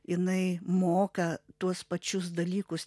jinai moka tuos pačius dalykus